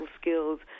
skills